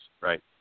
right